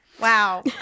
Wow